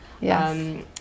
Yes